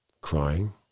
crying